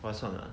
划算啦